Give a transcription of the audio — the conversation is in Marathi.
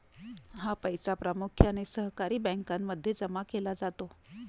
हा पैसा प्रामुख्याने सहकारी बँकांमध्ये जमा केला जातो